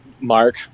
Mark